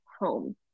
home